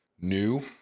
new